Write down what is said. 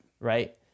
Right